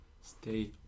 Stay